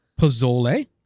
Pozole